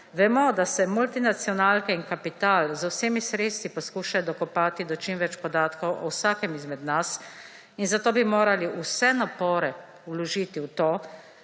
Vemo, da se multinacionalke in kapital, z vsemi sredstvi poskušajo dokopati do čim več podatkov o vsakem izmed nas in zato bi morali vse napore vložiti v to,